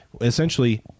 essentially